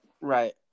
Right